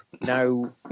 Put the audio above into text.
Now